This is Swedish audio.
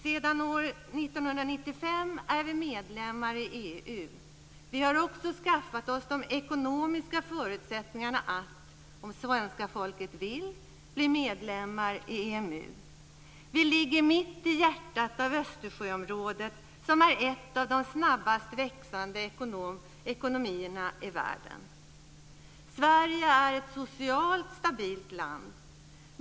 Sedan år 1995 är vi medlemmar i EU. Vi har också skaffat oss de ekonomiska förutsättningarna att, om svenska folket vill, bli medlemmar i EMU. Vi ligger mitt i hjärtat av Östersjöområdet, som är en av de snabbast växande ekonomierna i världen. Sverige är ett socialt stabilt land.